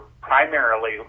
primarily